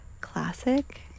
Classic